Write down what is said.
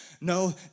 No